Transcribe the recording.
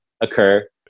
occur